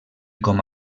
com